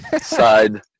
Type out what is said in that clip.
side